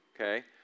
Okay